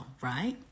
right